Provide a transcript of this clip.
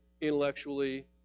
intellectually